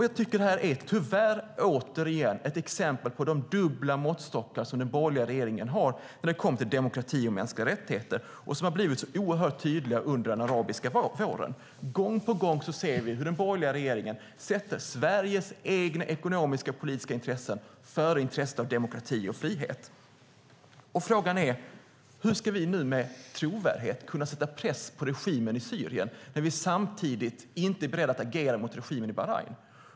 Jag tycker att detta tyvärr återigen är ett exempel på de dubbla måttstockar som den borgerliga regeringen har när det kommer till demokrati och mänskliga rättigheter. De har blivit oerhört tydliga under den arabiska våren. Gång på gång ser vi hur den borgerliga regeringen sätter Sveriges egna ekonomiska och politiska intressen före intresset av demokrati och frihet. Frågan är: Hur ska vi nu med trovärdighet kunna sätt press på regimen i Syrien när vi samtidigt inte är beredda att agera mot regimen i Bahrain?